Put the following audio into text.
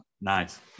Nice